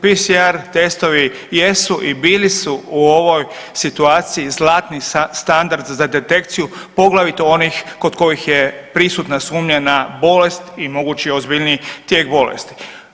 PCR testovi jesu i bili su u ovoj situaciji zlatni standard za detekciju, poglavito onih kod kojih je prisutna sumnja na bolest i mogući ozbiljniji tijek bolesti.